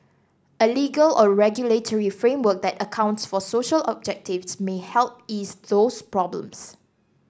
a legal or regulatory framework that accounts for social objectives may help ease those problems